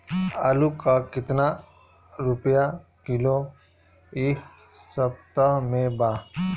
आलू का कितना रुपया किलो इह सपतह में बा?